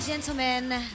gentlemen